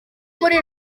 muri